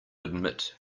admit